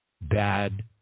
Bad